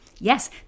Yes